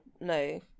no